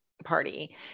party